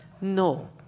No